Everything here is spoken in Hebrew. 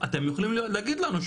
אפשר להגיד לנו,